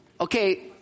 Okay